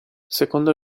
secondo